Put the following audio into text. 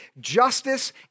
justice